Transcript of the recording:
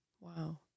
Wow